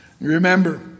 Remember